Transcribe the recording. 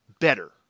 better